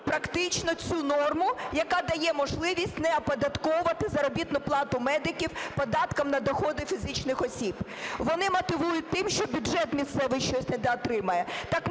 практично цю норму, яка дає можливість не оподатковувати заробітну плату медиків податком на доходи фізичних осіб. Вони мотивують тим, що бюджет місцевий щось недоотримає. Так ми